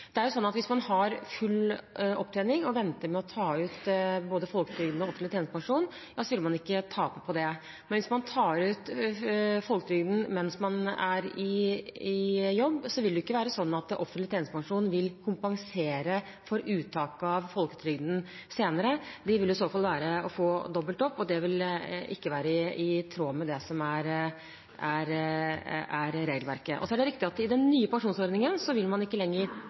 Hvis man har full opptjening og venter med å ta ut både folketrygd og offentlig tjenestepensjon, da skal man ikke tape på det. Men hvis man tar ut folketrygd mens man er i jobb, vil det ikke være sånn at offentlig tjenestepensjon vil kompensere for uttak av folketrygd senere. Det vil i så fall være å få dobbelt opp, og det vil ikke være i tråd med regelverket. Det er riktig at i den nye pensjonsordningen vil man ikke lenger